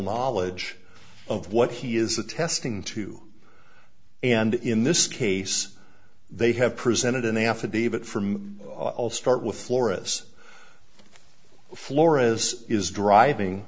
knowledge of what he is attesting to and in this case they have presented an affidavit from i'll start with flora's flores is driving